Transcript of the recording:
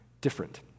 different